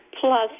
plus